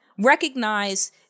recognize